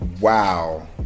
Wow